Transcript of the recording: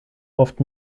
oft